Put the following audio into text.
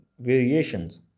variations